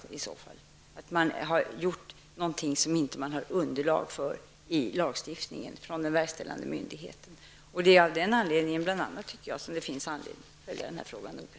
Det kommer fram att den verkställande myndigheten har gjort något som man inte har underlag för i lagen. Det är bl.a. av det skälet som jag tycker att det finns anledning att följa den här frågan noga.